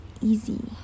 easy